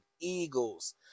Eagles